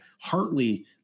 Hartley